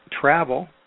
travel